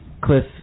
Cliff